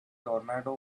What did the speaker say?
tornado